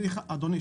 אדוני,